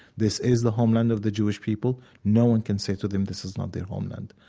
this is the homeland of the jewish people. no one can say to them this is not their homeland.